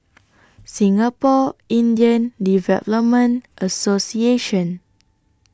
Singapore Indian Development Association